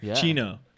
Chino